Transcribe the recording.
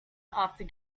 after